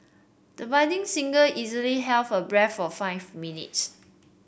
the budding singer easily her for five minutes